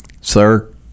Sir